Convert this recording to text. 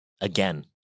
Again